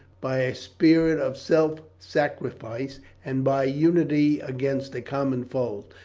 by a spirit of self sacrifice, and by unity against a common foe.